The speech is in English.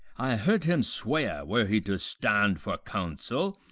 i heard him swear, were he to stand for consul,